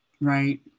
Right